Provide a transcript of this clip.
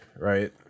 Right